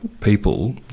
people